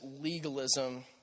legalism